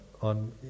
on